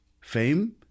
Fame